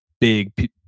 big